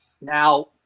Now